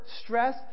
stress